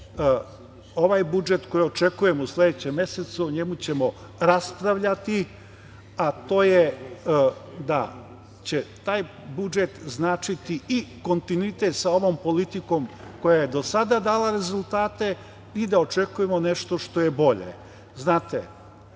ovaj budžet koji očekujemo u sledećem mesecu, o njemu ćemo raspravljati, a to je da će taj budžet značiti i kontinuitet sa ovom politikom koja je do sada dala rezultate i da očekujemo nešto što je bolje. Znam,